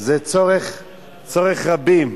זה צורך רבים.